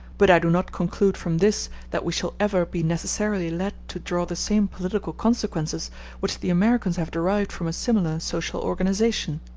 but i do not conclude from this that we shall ever be necessarily led to draw the same political consequences which the americans have derived from a similar social organization.